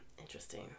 interesting